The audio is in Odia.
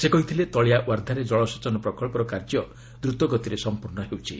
ସେ କହିଥିଲେ ତଳିଆ ଓ୍ୱାର୍ଦ୍ଧାରେ ଜଳସେଚନ ପ୍ରକଳ୍ପର କାର୍ଯ୍ୟ ଦୂତଗତିରେ ସମ୍ପୂର୍ଣ୍ଣ ହେଉଛି